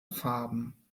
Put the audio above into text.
farben